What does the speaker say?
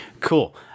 Cool